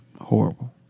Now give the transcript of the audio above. Horrible